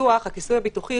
מבחינת הכיסוי הביטוחי,